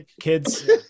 kids